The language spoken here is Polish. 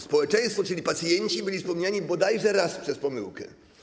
Społeczeństwo, czyli pacjenci, byli wspomniani bodajże raz, przez pomyłkę.